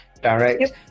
direct